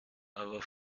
aber